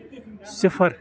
صِفر